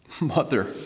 mother